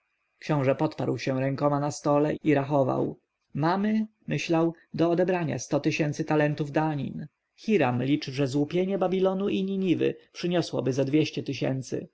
książę podparł się rękoma na stole i rachował mamy myślał do odebrania sto tysięcy talentów danin hiram liczy że złupienie babilonu i niniwy przyniosłoby ze dwieście tysięcy